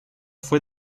fue